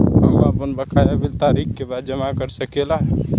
हम आपन बकाया बिल तारीख क बाद जमा कर सकेला?